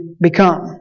become